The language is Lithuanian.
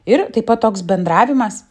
ir taip pat toks bendravimas